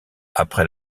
après